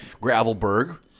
Gravelberg